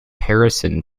harrison